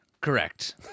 Correct